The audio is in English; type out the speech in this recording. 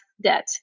debt